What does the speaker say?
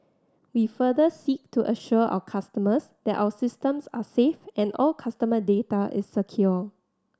we further seek to assure our customers that our systems are safe and all customer data is secure